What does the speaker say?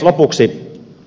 lopuksi